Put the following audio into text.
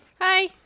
Hi